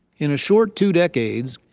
in a short two decades,